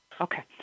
Okay